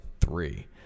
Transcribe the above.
three